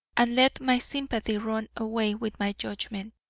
and let my sympathy run away with my judgment.